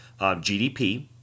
GDP